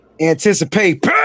Anticipate